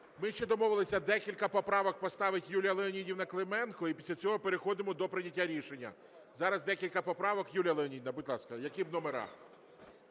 ми ще домовилися декілька поправок поставить Юлія Леонідівна Клименко і після цього переходимо до прийняття рішення. Зараз декілька поправок. Юлія Леонідівна, будь ласка. Які номери?